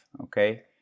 Okay